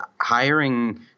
hiring